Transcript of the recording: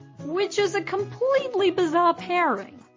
which is a completely bizarre pairing.